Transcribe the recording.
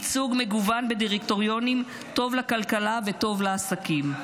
ייצוג מגוון בדירקטוריונים טוב לכלכלה וטוב לעסקים.